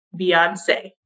Beyonce